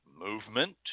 movement